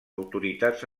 autoritats